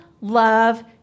love